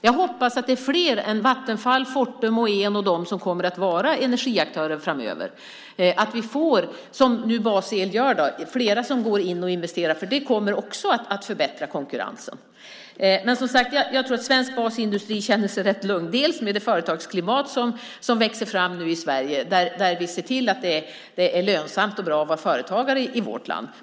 Jag hoppas att det är fler än Vattenfall, Fortum och Eon som kommer att vara energiaktörer framöver. Jag hoppas att vi får fler som gör som Basel gör nu så att det blir fler som går in och investerar. Det kommer också att förbättra konkurrensen. Jag tror att svensk basindustri känner sig rätt lugn med det företagsklimat som växer fram nu i Sverige där vi ser till att det är lönsamt och bra att vara företagare i vårt land.